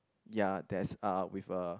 ya there's uh with a